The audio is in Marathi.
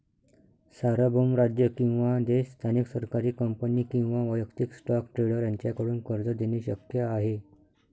सार्वभौम राज्य किंवा देश स्थानिक सरकारी कंपनी किंवा वैयक्तिक स्टॉक ट्रेडर यांच्याकडून कर्ज देणे शक्य आहे